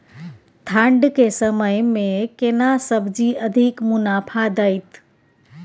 ठंढ के समय मे केना सब्जी अधिक मुनाफा दैत?